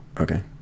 Okay